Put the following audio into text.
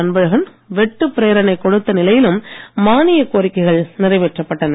அன்பழகன் வெட்டுப் பிரேரணை கொடுத்த நிலையிலும் மானிய கோரிக்கைகள் நிறைவேற்றப்பட்டன